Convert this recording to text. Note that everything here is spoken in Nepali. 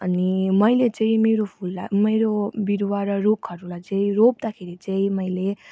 अनि मैले चाहिँ मेरो फुला मेरो बिरुवा र रुखहरूलाई चाहिँ रोप्दाखेरि चाहिँ मैले